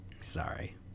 sorry